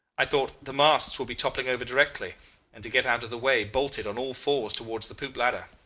i thought, the masts will be toppling over directly and to get out of the way bolted on all-fours towards the poop-ladder.